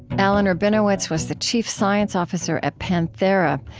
alan rabinowitz was the chief science officer at panthera,